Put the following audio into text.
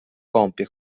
compie